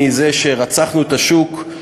שרצחנו את השוק,